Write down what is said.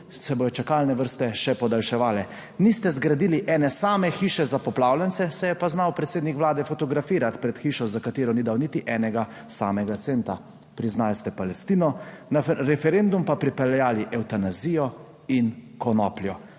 se bodo še podaljševale. Niste zgradili ene same hiše za poplavljence, se je pa znal predsednik Vlade fotografirati pred hišo, za katero ni dal niti enega samega centa. Priznali ste Palestino, na referendum pa pripeljali evtanazijo in konopljo.